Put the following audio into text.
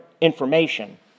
information